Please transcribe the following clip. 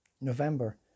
November